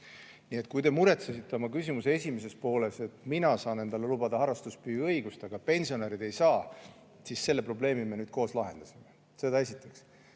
Nii et kui te oma küsimuse esimeses pooles muretsesite, et mina saan endale lubada harrastuspüüki, aga pensionärid ei saa, siis selle probleemi me nüüd koos lahendasime. Seda esiteks.